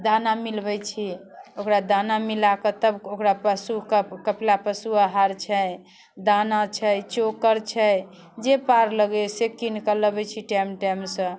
दाना मिलबै छी ओकरा दाना मिलाकऽ तब ओकरा पशुके कपिला पशु आहार छै दाना छै चोकर छै जे पार लगैए से कीनिके लबै छी टाइम टाइमसँ